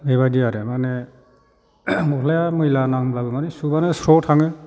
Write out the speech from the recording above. बेबादि आरो माने गस्लाया मैला नांब्लाबो माने सुबानो स्र' थाङो